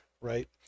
Right